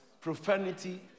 profanity